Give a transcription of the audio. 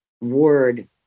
word